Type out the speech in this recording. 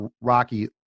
rocky